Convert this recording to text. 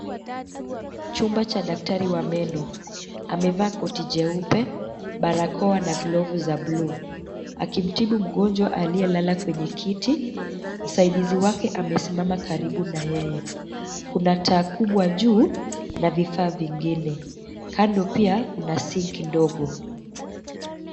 Chumba cha daktari wa meno. Amevaa koti jeupe, barakoa na glovu za blue akimtibu mgonjwa aliyelala kwenye kiti, msaidizi wake amesimama karibu na yeye. Kuna taa kubwa juu na vifaa vingine. Kando pia kuna sinki ndogo.